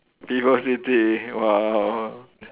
VivoCity !wow!